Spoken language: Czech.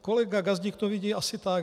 Kolega Gazdík to vidí asi tak.